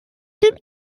den